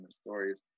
stories